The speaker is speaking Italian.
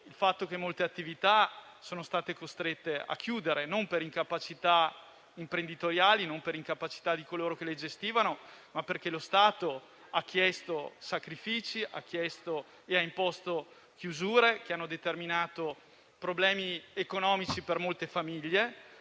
il fatto che molte attività sono state costrette a chiudere, non per incapacità imprenditoriali o di coloro che le gestivano, ma perché lo Stato ha chiesto sacrifici e ha imposto chiusure che hanno determinato problemi economici per molte famiglie,